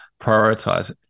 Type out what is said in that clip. prioritize